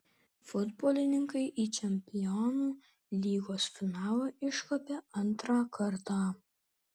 futbolininkai į čempionų lygos finalą iškopė antrą kartą